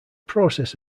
process